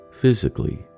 physically